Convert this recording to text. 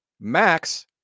max